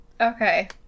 Okay